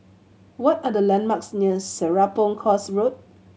what are the landmarks near Serapong Course Road